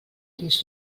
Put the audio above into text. dins